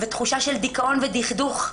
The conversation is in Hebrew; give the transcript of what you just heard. ותחושה של דיכאון ודכדוך.